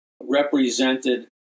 represented